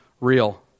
real